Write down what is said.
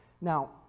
Now